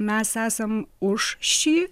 mes esam už šį